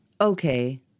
okay